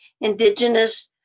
Indigenous